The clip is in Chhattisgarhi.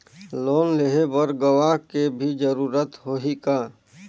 लोन लेहे बर गवाह के भी जरूरत होही का?